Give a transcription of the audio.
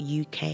UK